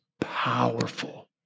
powerful